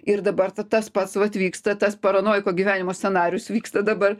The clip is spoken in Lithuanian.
ir dabar ta tas pats vat vyksta tas paranojiko gyvenimo scenarijus vyksta dabar